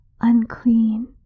Unclean